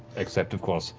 except of course,